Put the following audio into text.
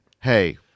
hey